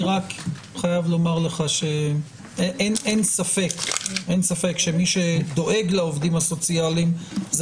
לומר לך שאין ספק שמי שדואג לעובדים הסוציאליים זה